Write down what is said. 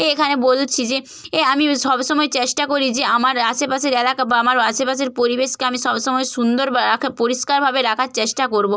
এই এখানে বলছি যে এ আমি সব সময় চেষ্টা করি যে আমার আশেপাশে এলাকা বা আমার আশেপাশের পরিবেশকে আমি সব সময় সুন্দর বা রাখে পরিষ্কারভাবে রাখার চেষ্টা করবো